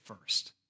first